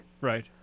Right